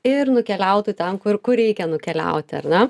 ir nukeliautų į ten kur kur reikia nukeliauti ar ne